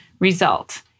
Result